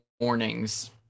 mornings